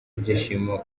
ibyishimo